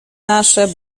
nasze